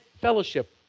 fellowship